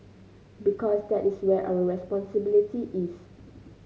because that is where our responsibility is